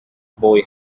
boy